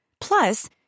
Plus